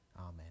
amen